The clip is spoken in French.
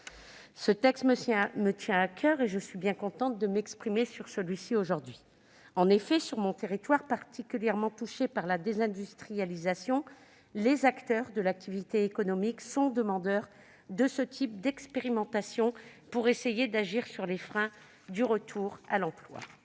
Ce texte me tient à coeur et je suis heureuse de pouvoir prendre part à nos débats aujourd'hui. Dans mon territoire, particulièrement touché par la désindustrialisation, les acteurs de l'activité économique sont demandeurs de ce type d'expérimentation pour essayer d'agir sur les freins du retour à l'emploi.